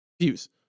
Views